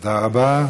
תודה רבה.